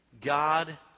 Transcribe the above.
God